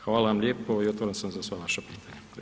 Hvala vam lijepo i otvoren sam za sva vaša pitanja.